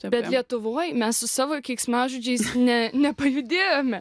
bet lietuvoj mes su savo keiksmažodžiais ne nepajudėjome